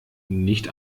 nicht